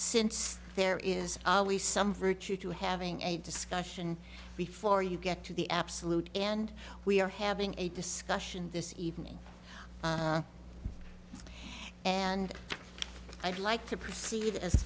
since there is always some virtue to having a discussion before you get to the absolute and we are having a discussion this evening and i'd like to proceed as